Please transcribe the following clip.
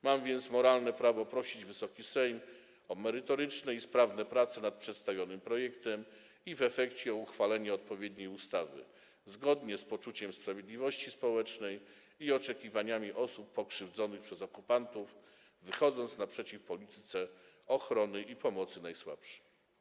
Mam więc moralne prawo prosić Wysoki Sejm o merytoryczne i sprawne prace nad przedstawionym projektem i w efekcie o uchwalenie odpowiedniej ustawy zgodnie z poczuciem sprawiedliwości społecznej i oczekiwaniami osób pokrzywdzonych przez okupantów, co będzie wyjściem naprzeciw polityce ochrony najsłabszych i pomocy najsłabszym.